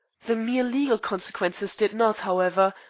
the mere legal consequences did not, however,